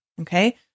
Okay